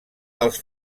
als